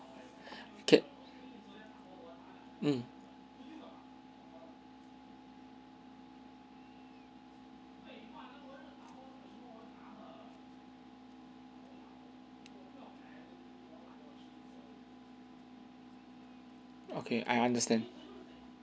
ca~ mm okay I understand